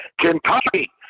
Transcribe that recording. Kentucky